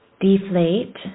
deflate